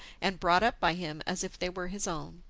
and brought up by him as if they were his own.